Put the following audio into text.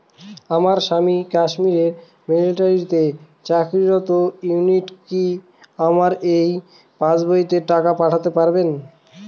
আমার স্বামী কাশ্মীরে মিলিটারিতে চাকুরিরত উনি কি আমার এই পাসবইতে টাকা পাঠাতে পারবেন?